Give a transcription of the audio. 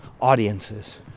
audiences